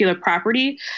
property